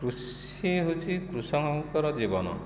କୃଷି ହେଉଛି କୃଷକଙ୍କର ଜୀବନ